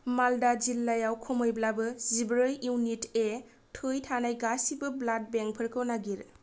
माल्दा जिल्लायाव खमैब्लाबो जिब्रै इउनिट ए थै थानाय गासिबो ब्लाड बेंकफोरखौ नागिर